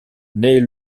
naît